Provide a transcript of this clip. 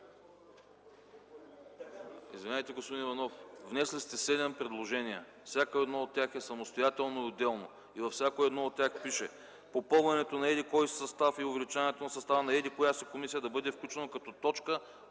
Извинявайте, господин Иванов, внесли сте седем предложения. Всяко едно от тях е самостоятелно и отделно и във всяко едно от тях пише: попълването на еди-кой си състав и увеличаването на състава на еди-коя си комисия да бъде включено като точка